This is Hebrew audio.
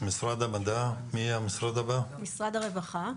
משרד הרווחה.